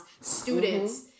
students